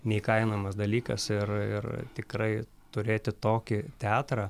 neįkainojamas dalykas ir ir tikrai turėti tokį teatrą